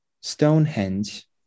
Stonehenge